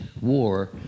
war